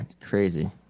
crazy